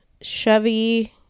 Chevy